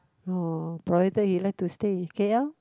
orh provided he like to stay in K_L